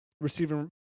receiving